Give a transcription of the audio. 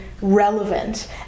relevant